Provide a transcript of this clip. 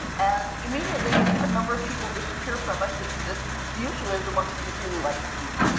and immediately, a number of people disappear from it that usually are the ones that you'd really like to keep,